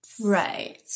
Right